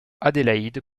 adélaïde